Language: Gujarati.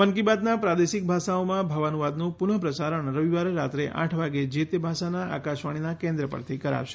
મન કી બાતના પ્રાદેશિક ભાષાઓમાં ભાવાનુવાદનું પુનઃ પ્રસારણ રવિવારે રાત્રે આઠ વાગે જે તે ભાષાના આકાશવાણીના કેન્દ્રો પરથી કરાશે